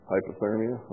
Hypothermia